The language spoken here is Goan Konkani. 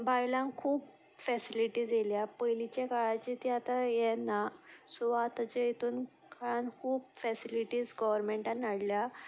बायलांक खूब फॅसिलिटीज येयल्या पयलींच्या काळाची ती आतां हें ना सो आतांच्या हितून काळान खूब फॅसिलिटीज गोवोरमेंटान हाडल्या